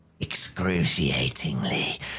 Excruciatingly